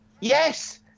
Yes